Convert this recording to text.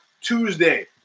Tuesday